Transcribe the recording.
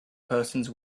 persons